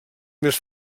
més